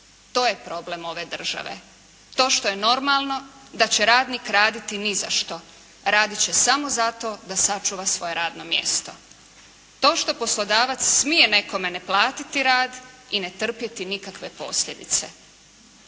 To je problem ove države. To što je normalno da će radnik raditi ni za što. Radit će samo za to da sačuva svoje radno mjesto. To što poslodavac smije nekome ne platiti rad i ne trpjeti nikakve posljedice.